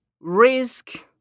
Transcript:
risk